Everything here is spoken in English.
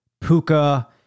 Puka